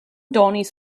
donis